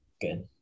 good